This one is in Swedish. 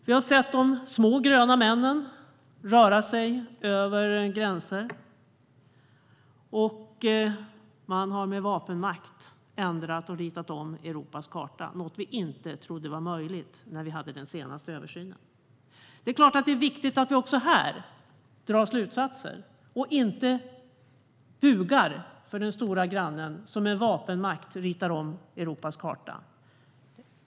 Vi har sett de små gröna männen röra sig över gränser, och man har med vapenmakt ändrat och ritat om Europas karta, något som vi inte trodde var möjligt när vi hade den senaste översynen. Det är klart att det är viktigt att vi också här drar slutsatser och inte bugar för den stora grannen, som med vapenmakt ritar om Europas karta.